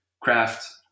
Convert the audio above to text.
craft